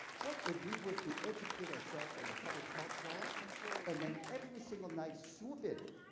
what if we were to educate ourselves on the public health laws and then every single night swoop in,